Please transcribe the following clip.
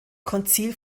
konzil